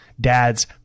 Dads